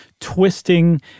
twisting